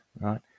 right